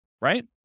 right